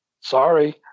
sorry